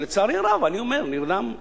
ולצערי הרב אני אומר שלא